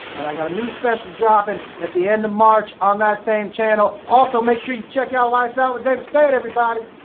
and i got a new special dropping at the end of march on that same channel. also make sure you check out lights out with david spade, everybody.